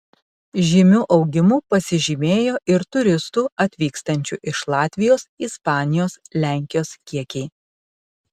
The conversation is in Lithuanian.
žymiu augimu pasižymėjo ir turistų atvykstančių iš latvijos ispanijos lenkijos kiekiai